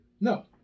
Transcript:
No